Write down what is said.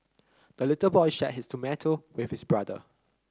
the little boy shared his tomato with his brother